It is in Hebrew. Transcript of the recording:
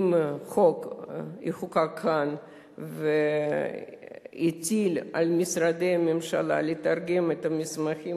אם החוק יחוקק כאן ויטיל על משרדי הממשלה לתרגם את המסמכים,